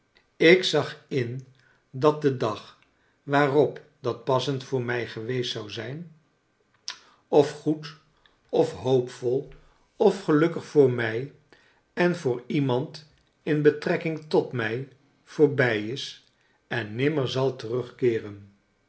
ik zag in dat de dag waarop dat passend voor mij geweest zou zijn of goed of hoopvol of gelukkig voor mij en voor iemand in betrekking tot mij voorbij is en nimmer zal terugkeeren